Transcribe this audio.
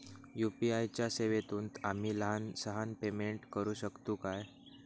UPI च्या सेवेतून आम्ही लहान सहान पेमेंट करू शकतू काय?